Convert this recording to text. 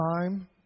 time